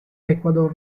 ecuador